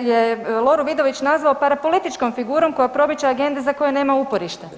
je Loru Vidović nazvao parapolitičkom figurom koja promiče agende za koje nema uporište.